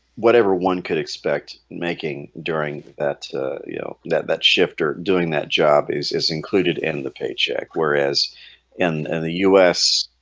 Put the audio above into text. whatever one could expect making during that you know that that shifter doing that job is is included in the paycheck whereas in the u s.